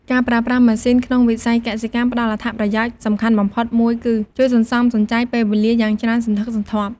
ការប្រើប្រាស់ម៉ាស៊ីនក្នុងវិស័យកសិកម្មផ្ដល់អត្ថប្រយោជន៍សំខាន់បំផុតមួយគឺ ជួយសន្សំសំចៃពេលវេលាយ៉ាងច្រើនសន្ធឹកសន្ធាប់។